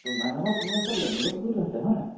তোমালোকৰ ঘৰৰ ওচৰত পুখুৰীতো আছে হয় নাই